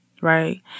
right